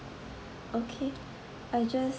okay I just